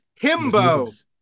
himbo